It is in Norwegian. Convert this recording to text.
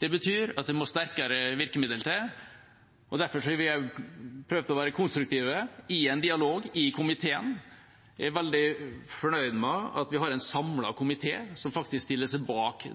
Det betyr at det må sterkere virkemidler til. Derfor har vi prøvd å være konstruktive i dialogen i komiteen. Jeg er veldig fornøyd med at vi har en samlet komité som faktisk stiller seg bak